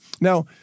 Now